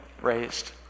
raised